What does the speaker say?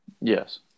Yes